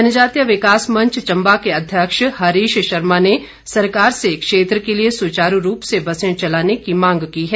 जनजातीय विकास मंच चंबा के अध्यक्ष हरीश शर्मा ने सरकार से क्षेत्र के लिए सुचारू रूप से बसें चलाने की मांग की है